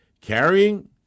carrying